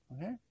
Okay